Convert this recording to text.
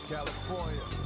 California